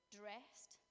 dressed